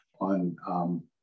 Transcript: on